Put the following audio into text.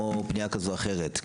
או פנייה כזו או אחרת.